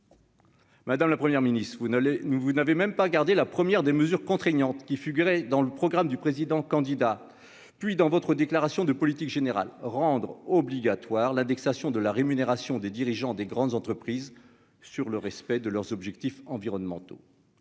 Madame la première ministre vous n'allez nous vous n'avez même pas regardé la première des mesures contraignantes qui figurait dans le programme du président-candidat puis dans votre déclaration de politique générale, rendre obligatoire l'indexation de la rémunération des dirigeants des grandes entreprises sur le respect de leurs objectifs environnementaux